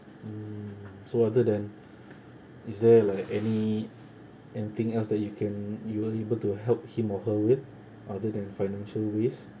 mm so other than is there like any anything else that you can you were able to help him or her with other than financial ways